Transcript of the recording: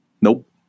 Nope